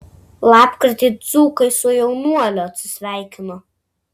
lapkritį dzūkai su jaunuoliu atsisveikino